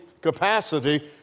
capacity